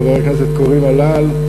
חבר הכנסת קורין אלאל,